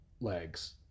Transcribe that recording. legs